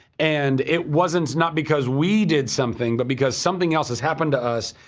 and it wasn't not because we did something, but because something else has happened to us,